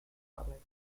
palate